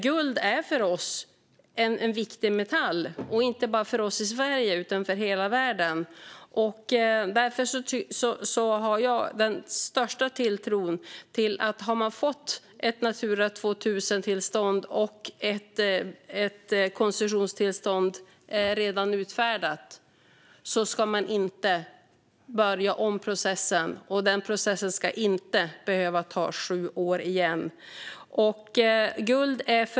Guld är en viktig metall inte bara för oss utan för hela världen, och om man har fått ett Natura 2000-tillstånd och ett koncessionstillstånd redan är utfärdat ska man inte behöva påbörja en process som tar sju år igen.